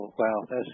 wow